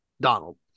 Donald